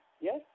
Yes